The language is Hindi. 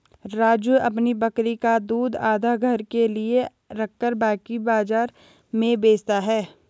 राजू अपनी बकरी का दूध आधा घर के लिए रखकर बाकी बाजार में बेचता हैं